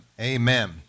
amen